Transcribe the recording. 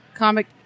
Comic